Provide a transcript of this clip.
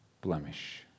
blemish